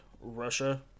russia